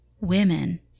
women